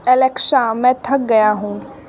Alexa मैं थक गया हूँ